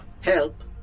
Help